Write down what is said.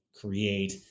create